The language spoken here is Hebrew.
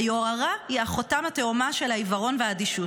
"היוהרה היא אחותם התאומה של העיוורון והאדישות.